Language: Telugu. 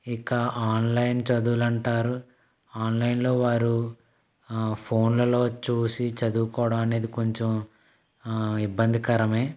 ఇక ఆన్లైన్ చదువులంటారు ఆన్లైన్లో వారు ఫోన్లలో చూసి చదువుకోవడం అనేది కొంచెం ఇబ్బందికరమే